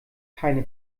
keine